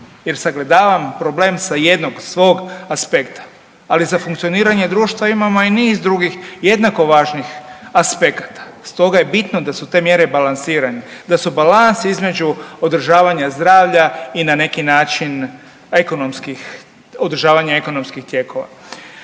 jer sagledavam problem sa jednog svog aspekta. Ali za funkcioniranje društva imamo i niz drugih jednako važnih aspekata. Stoga je bitno da su te mjere balansirane, da su balans između održavanja zdravlja i na neki način ekonomskih, održavanja ekonomskih tijekova.